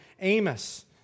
Amos